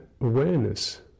awareness